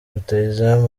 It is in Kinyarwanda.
rutahizamu